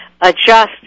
adjust